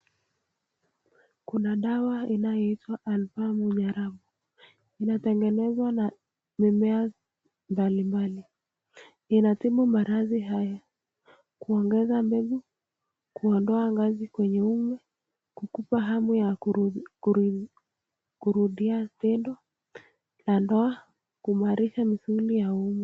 Kuna dawa inayoitwa ALBAA MUJARRABU.Inatengenezwa na mimea mbalimbali. Inatibu maradhi haya, kuongeza mbegu, kuondoa ganzi kwenye uume, kukupa hamu ya kurudia tendo la ndoa, kuimarisha misuli ya uume.